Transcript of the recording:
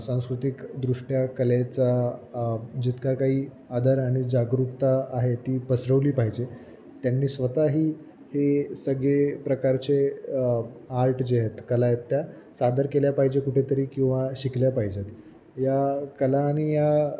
सांस्कृतिक दृष्ट्या कलेचा जितका काही आदर आणि जागरूकता आहे ती पसरवली पाहिजे त्यांनी स्वतःही हे सगळे प्रकारचे आर्ट जे आहेत कला आहेत त्या सादर केल्या पाहिजे कुठेतरी किंवा शिकल्या पाहिजे आहेत या कला आणि या